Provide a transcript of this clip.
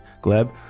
Gleb